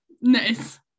Nice